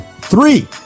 three